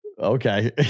Okay